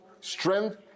strength